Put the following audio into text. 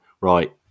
right